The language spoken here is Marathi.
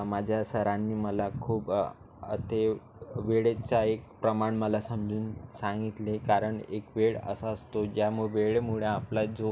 माझ्या सरांनी मला खूप अतेव वेळेचा एक प्रमाण मला समजून सांगितले कारण एक वेळ असा असतो ज्या म वेळेमुळे आपला जो